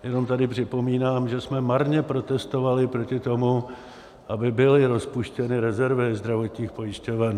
Jenom tady připomínám, že jsme marně protestovali proti tomu, aby byly rozpuštěny rezervy zdravotních pojišťoven.